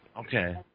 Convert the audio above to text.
Okay